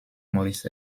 morris